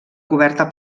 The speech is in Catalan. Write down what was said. coberta